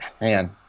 man